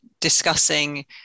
discussing